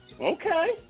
Okay